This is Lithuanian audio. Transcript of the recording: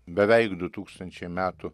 beveik du tūkstančiai metų